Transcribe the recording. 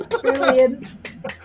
Brilliant